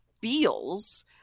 Beals